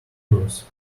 euros